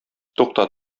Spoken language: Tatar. тукта